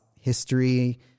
history